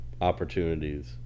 opportunities